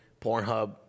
Pornhub